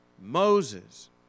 Moses